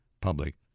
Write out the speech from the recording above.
public